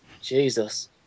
Jesus